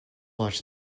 watch